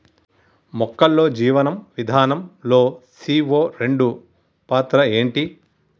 మొక్కల్లో జీవనం విధానం లో సీ.ఓ రెండు పాత్ర ఏంటి?